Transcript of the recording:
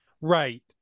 Right